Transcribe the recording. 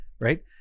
right